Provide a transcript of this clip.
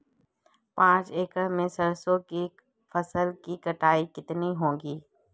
पांच एकड़ में सरसों की फसल की कटाई कितनी होगी?